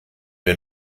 wir